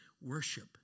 worship